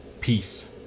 peace